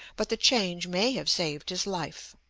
but the change may have saved his life.